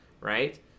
right